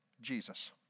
Jesus